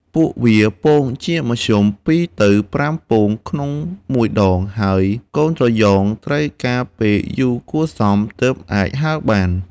ពួកវាពងជាមធ្យម ២ ទៅ ៥ ពង ក្នុងមួយដង ហើយកូនត្រយងត្រូវការពេលយូរគួរសមទើបអាចហើរបាន។